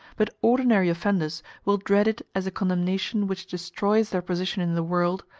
but ordinary offenders will dread it as a condemnation which destroys their position in the world,